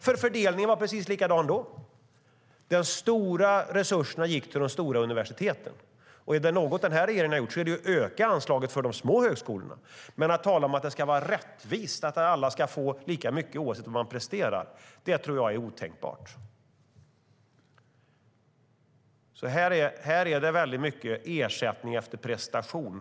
Fördelningen var nämligen precis likadan då; de stora resurserna gick till de stora universiteten. Om det är något som den nuvarande regeringen har gjort så är det att öka anslaget för de små högskolorna. Men att säga att det ska vara rättvist på så sätt att alla får lika mycket oavsett vad de presterar tror jag är otänkbart. Här är det fråga om ersättning efter prestation.